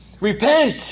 repent